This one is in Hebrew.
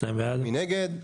הצבעה בעד, 2 נגד,